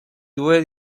due